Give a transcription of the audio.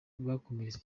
bakomeretse